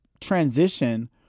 transition